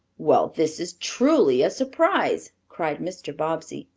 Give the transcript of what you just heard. well this is truly a surprise! cried mr. bobbsey,